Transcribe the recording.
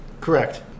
Correct